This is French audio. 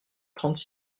trente